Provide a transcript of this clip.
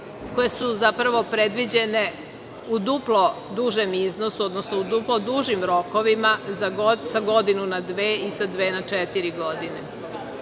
koje su zapravo predviđene u duplo dužem iznosu, odnosno u duplo dužim rokovima sa godinu na dve i sa dve na četiri godine. Radi